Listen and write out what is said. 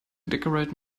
decorate